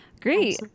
Great